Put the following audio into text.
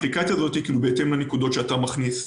היא נותנת מידע בהתאם לנקודות שאתה מכניס.